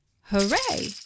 Hooray